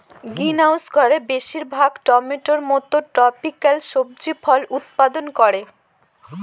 greenhouse ঘরে বেশির ভাগ টমেটোর মত ট্রপিকাল সবজি ফল উৎপাদন করে